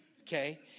Okay